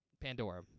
Pandora